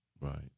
right